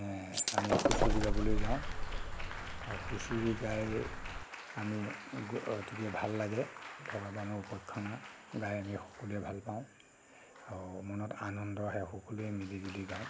আমি হুঁচৰি গাবলৈ যাওঁ আৰু হুঁচৰি গাই আমি ভাল লাগে ভগৱানৰ উপাখ্যান গাই আমি সকলোৱে ভাল পাওঁ আৰু মনত আনন্দ আহে সকলোৱে মিলি জুলি গাওঁ